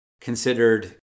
considered